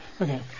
Okay